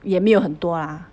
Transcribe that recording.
也没有很多 ah